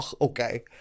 Okay